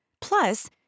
Plus